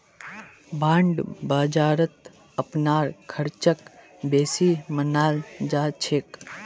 bond बाजारत अपनार ख़र्चक बेसी मनाल जा छेक